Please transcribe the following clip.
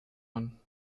one